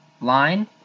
line